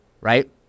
right